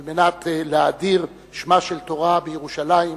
על מנת להאדיר שמה של תורה בירושלים,